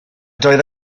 doedd